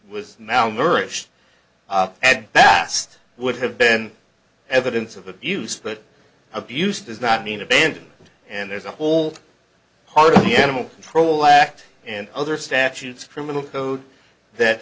was malnourished had passed would have been evidence of abuse but abuse does not mean abandon and there's a whole part of the animal control act and other statutes criminal code that